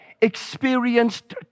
experienced